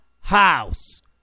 house